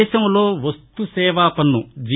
దేశంలో వస్తు సేవాపన్నుజి